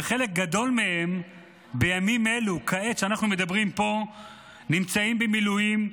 וחלק גדול מהם בימים אלו כעת כשאנחנו מדברים פה נמצאים במילואים,